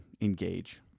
engage